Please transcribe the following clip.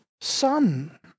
son